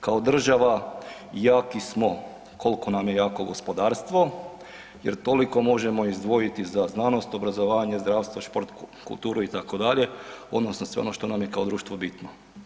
Kao država jaki smo koliko nam je jako gospodarstvo jer toliko možemo izdvojiti za znanost, obrazovanje, zdravstvo, šport, kulturu, itd., odnosno sve ono što nam je kao društvo bitno.